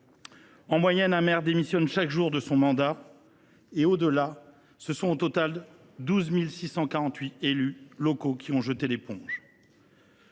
En moyenne, un maire démissionne chaque jour de son mandat. Au delà, ce sont au total 12 648 élus locaux qui ont jeté l’éponge.